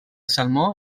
salmó